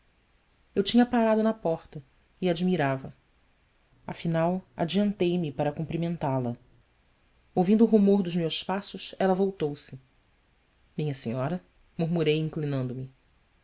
eu tinha parado na porta e admirava afinal adiantei me para cumprimentá-la ouvindo o rumor dos meus passos ela voltou-se inha senhora murmurei inclinando me